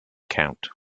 count